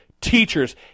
teachers